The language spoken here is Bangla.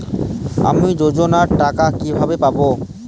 আমি যোজনার টাকা কিভাবে পাবো?